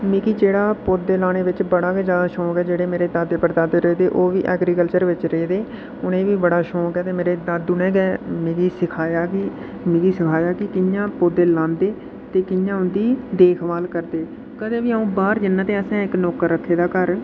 मिकी जेह्ड़ा पौधे लाने बिच्च बड़ा गै जैदा शौक ऐ जेह्ड़े मेरे दादे पड़दादे रेह् दे ओह् बी ऐग्रीकल्चर बिज्ज रेह् दे उ'नें गी बी बड़ा शौक ऐ ते मेरे दादू ने गै मिगी सखाया कि मिगी सखाया कि कि'यां पौधे लांदे ते कि'यां उं'दी देख भाल करदे कदें बी अ'ऊं बाह्र जन्ना ते असें इक नौकर रक्खे दा घर